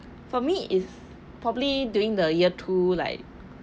for me it's probably during the year two like